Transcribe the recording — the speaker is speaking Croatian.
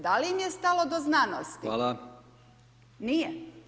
Da li im je znalo do znanosti? [[Upadica: Hvala]] Nije.